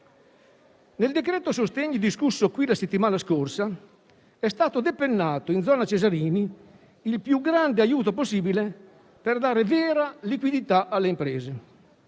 nel decreto-legge sostegni discusso qui la settimana scorsa è stato depennato in zona Cesarini il più grande aiuto possibile per dare vera liquidità alle imprese.